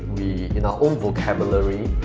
in ah own vocabulary,